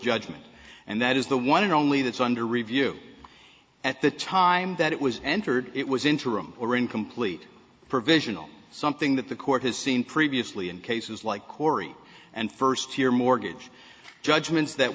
judgement and that is the one and only that's under review at the time that it was entered it was interim or incomplete provisional something that the court has seen previously in cases like cory and first year mortgage judgments that